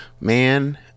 Man